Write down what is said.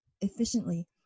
efficiently